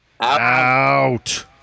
out